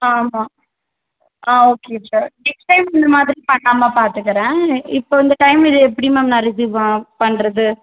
ஆமாம் ஆ okay sure next time இந்தமாதிரி பண்ணாமல் பார்த்துக்குறேன் இப்போ இந்த டைம் இதை எப்படி மேம் நான் ரிஸீவ் ப பண்ணுறது